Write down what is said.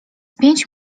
pięć